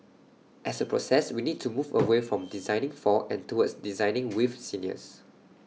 as A process we need to move away from designing for and towards designing with seniors